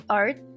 art